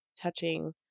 touching